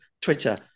Twitter